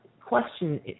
question